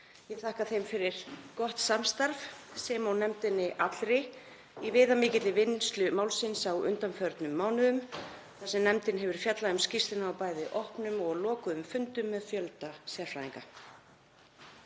Ég þakka þeim fyrir gott samstarf sem og nefndinni allri í viðamikilli vinnslu málsins á undanförnum mánuðum þar sem nefndin hefur fjallað um skýrsluna á bæði opnum og lokuðum fundum með fjölda sérfræðinga.